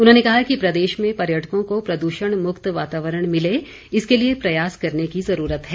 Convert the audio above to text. उन्होंने कहा कि प्रदेश में पर्यटकों को प्रदृषण मुक्त वातावरण मिले इसके लिए प्रयास करने की ज़रूरत है